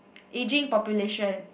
ageing population